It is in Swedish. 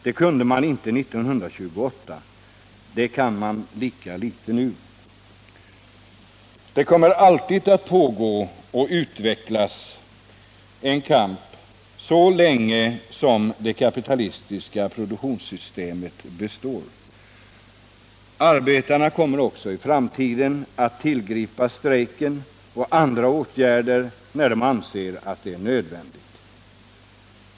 Det kunde man inte 1928 — det kan man lika litet nu. Det kommer alltid att pågå och utvecklas en kamp så länge som det kapitalistiska produktionssystemet består. Arbetarna kommer också i framtiden att tillgripa strejk och andra åtgärder när de anser att det är nödvändigt.